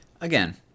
Again